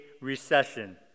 recession